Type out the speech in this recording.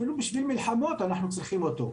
אפילו בשביל מלחמות אנחנו צריכים אותו.